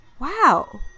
wow